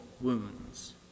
wounds